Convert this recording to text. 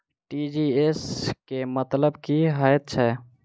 TGS केँ मतलब की हएत छै?